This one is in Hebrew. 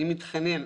אני מתחנן,